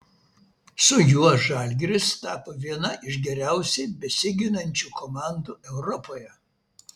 su juo žalgiris tapo viena iš geriausiai besiginančių komandų europoje